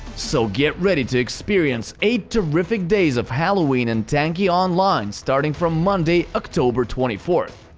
so, get ready to experience eight terrific days of halloween in tanki online, starting from monday, october twenty fourth!